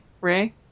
ray